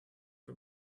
for